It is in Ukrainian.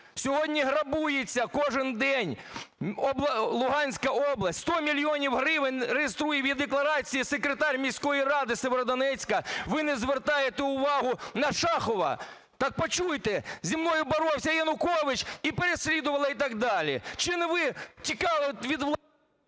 Сьогодні грабується кожен день Луганська область. 100 мільйонів гривень реєструє в е-декларації секретар міської ради Сєвєродонецька. Ви не звертаєте увагу на Шахова, так почуйте! Зі мною боровся Янукович і переслідували і так далі. Чи не ви тікали від…